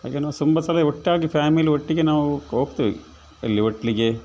ಹಾಗೆ ನಾವು ತುಂಬಾ ಸಲ ಒಟ್ಟಾಗಿ ಫ್ಯಾಮಿಲಿ ಒಟ್ಟಿಗೆ ನಾವು ಹೋಗ್ತಿವಿ ಎಲ್ಲಿ ಹೋಟ್ಲಿಗೆ